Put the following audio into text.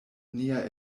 nia